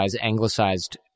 anglicized